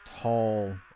tall